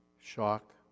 Shock